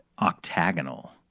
octagonal